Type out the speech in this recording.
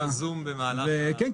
האזנתי בזום במהלך --- כן.